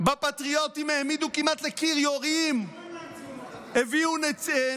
זאת בושה שקוראים להם ציונות